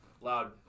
loud